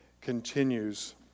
continues